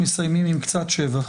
מסיימים עם קצת שבח.